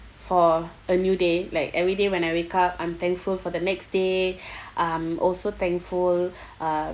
for a new day like everyday when I wake up I'm thankful for the next day um also thankful uh